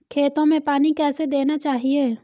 खेतों में पानी कैसे देना चाहिए?